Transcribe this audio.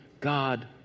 God